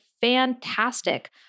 fantastic